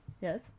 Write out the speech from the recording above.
Yes